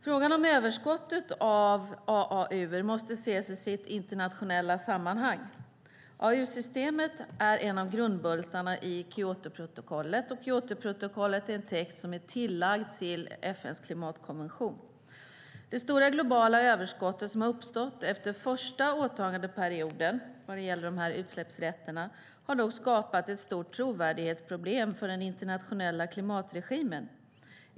Frågan om överskottet av AAU:er måste ses i sitt internationella sammanhang. AAU-systemet är en av grundbultarna i Kyotoprotokollet, och Kyotoprotokollet är en text som är tillagd till FN:s klimatkonvention. Det stora globala överskottet vad gäller dessa utsläppsrätter som har uppstått efter första åtagandeperioden har dock skapat ett stort trovärdighetsproblem för den internationella klimatregimen.